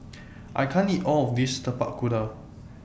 I can't eat All of This Tapak Kuda